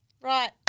Right